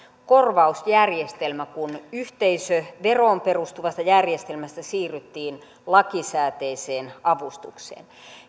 korvausjärjestelmä kun yhteisöveroon perustuvasta järjestelmästä siirryttiin lakisääteiseen avustukseen